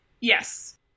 Yes